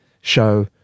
show